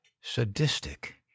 sadistic